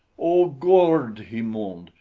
oh, gord, he moaned.